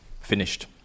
Finished